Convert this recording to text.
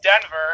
Denver